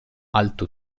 alto